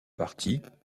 parties